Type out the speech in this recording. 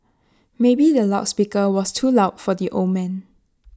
maybe the loud speaker was too loud for the old man